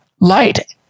light